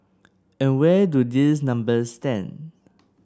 and where do these numbers stand